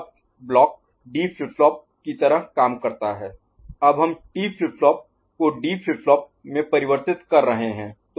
Qn1 JQn' K'Qn Consider J D K D' Then Qn1 DQn' D"Qn DQn' DQn DQn' Qn D1 D अब हम T flip flop को D flip flop में परिवर्तित कर रहे हैं